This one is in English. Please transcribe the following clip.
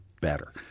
better